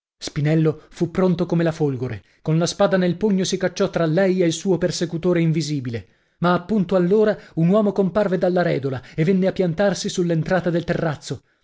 spinello fu pronto come la folgore con la spada nel pugno si cacciò tra lei e il suo persecutore invisibile ma appunto allora un uomo comparve dalla rèdola e venne a piantarsi sull'entrata del terrazzo